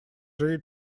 tree